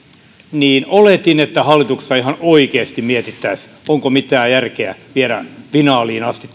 niin oletin että hallituksessa ihan oikeasti mietittäisiin onko mitään järkeä viedä finaaliin asti